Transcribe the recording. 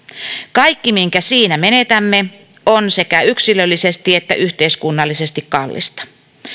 kaikki minkä siinä menetämme on sekä yksilöllisesti että yhteiskunnallisesti kallista